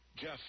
Jeff